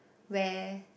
wear